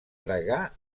pregar